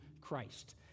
Christ